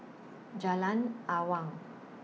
Jalan Awang